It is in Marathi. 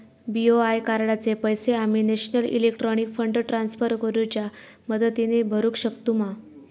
बी.ओ.आय कार्डाचे पैसे आम्ही नेशनल इलेक्ट्रॉनिक फंड ट्रान्स्फर च्या मदतीने भरुक शकतू मा?